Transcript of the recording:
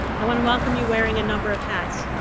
i want to welcome you wearing a number of hats.